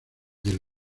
del